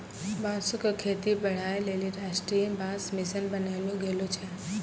बांसो क खेती बढ़ाय लेलि राष्ट्रीय बांस मिशन बनैलो गेलो छै